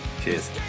Cheers